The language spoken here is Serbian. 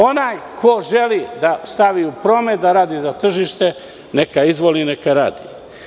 Onaj ko želi da stavi u promet, da radi za tržište neka izvoli neka radi.